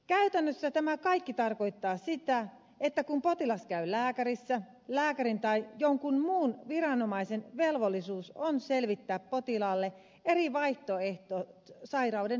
käytännössä tämä kaikki tarkoittaa sitä että kun potilas käy lääkärissä lääkärin tai jonkun muun viranomaisen velvollisuus on selvittää potilaalle eri vaihtoehtoja sairauden hoidossa